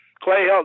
Clay